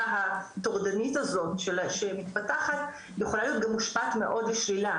הטורדנית הזאת שמתפתחת יכולה להיות גם מושפעת מאוד גם לשלילה,